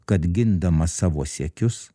kad gindamas savo siekius